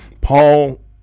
Paul